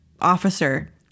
officer